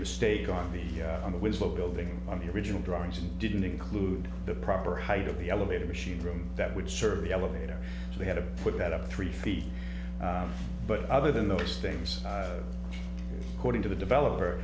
mistake on the on the whiz low building on the original drawings and didn't include the proper height of the elevator machine room that would serve the elevator so they had to put that up three feet but other than those things according to the developer